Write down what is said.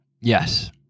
Yes